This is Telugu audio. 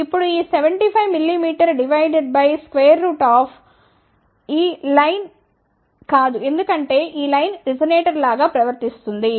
ఇప్పుడుఈ 75 mm divided by square root of ఏ నిర్దిష్ట లైన్ యొక్కε ఎఫెక్టివ్ఈ లైన్ కాదు ఎందుకంటే ఈ లైన్ రిజానేటర్ లాగా ప్రవర్తిస్తుంది